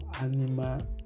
animal